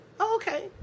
Okay